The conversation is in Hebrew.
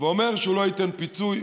אומר שהוא לא ייתן פיצוי,